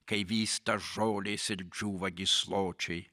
kai vysta žolės ir džiūva gysločiai